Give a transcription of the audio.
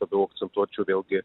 labiau akcentuočiau vėlgi